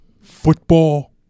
football